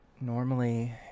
normally